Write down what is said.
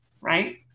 Right